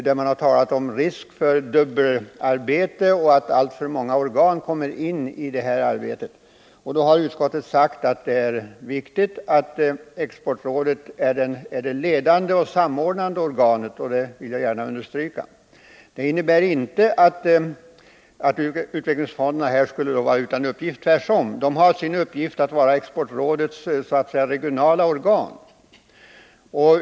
Det har talats om risk för dubbelarbete och om att alltför många organ engagerasi det här arbetet. Utskottet har i det avseendet uttalat att det är viktigt att Exportrådet är det ledande och samordnande organet, och detta vill jag gärna understryka. Det innebär inte att utvecklingsfonderna skulle fråntas uppgifter — tvärtom. De har till uppgift att vara Exportrådets så att säga regionala organ.